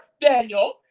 Daniel